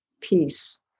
peace